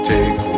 Take